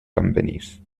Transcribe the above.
companies